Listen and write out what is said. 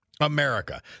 America